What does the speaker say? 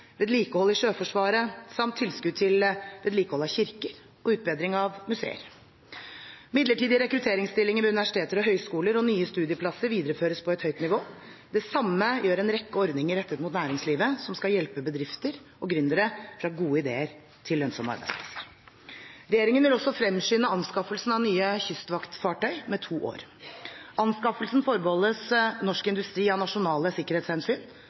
vedlikehold i Sjøforsvaret samt tilskudd til vedlikehold av kirker og utbedring ved museer. Midlertidige rekrutteringsstillinger ved universiteter og høyskoler og nye studieplasser videreføres på et høyt nivå. Det samme gjør en rekke ordninger rettet mot næringslivet som skal hjelpe bedrifter og gründere fra gode ideer til lønnsomme arbeidsplasser. Regjeringen vil også fremskynde anskaffelsen av nye kystvaktfartøy med to år. Anskaffelsen forbeholdes norsk industri av nasjonale sikkerhetshensyn